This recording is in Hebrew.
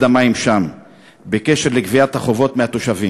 המים שם בקשר לגביית החובות מהתושבים.